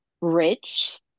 rich